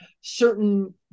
certain